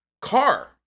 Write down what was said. car